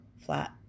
flat